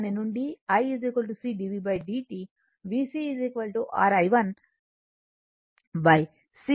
VC R i 1 C i dt v